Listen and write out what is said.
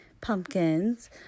pumpkins